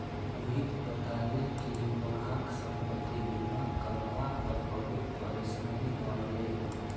मोहित बताले कि वहाक संपति बीमा करवा त बहुत परेशानी ह ले